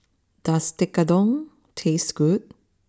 does Tekkadon taste good